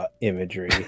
imagery